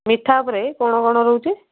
ମିଠା ଉପରେ କ'ଣ କ'ଣ ରହୁଛି